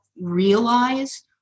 realize